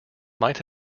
might